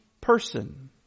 person